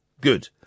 good